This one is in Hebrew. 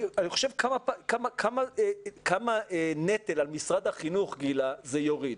אני חושב כמה נטל על משרד החינוך, גילה, זה יוריד.